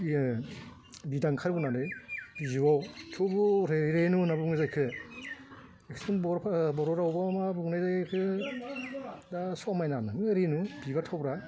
बियो बिदां ओंखारबोनानै बिजौवाव थुबुरै रेनु होन्नानै बुङो जायखौ जों बर' बर' रावाव बा मा बुंनाय जायो बिखौ जा समायना रेनु बिबार थब्रा